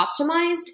optimized